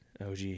OG